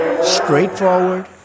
Straightforward